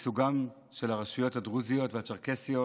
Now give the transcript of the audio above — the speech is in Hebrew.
ושגשוגן של הרשויות הדרוזיות והצ'רקסיות